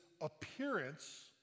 appearance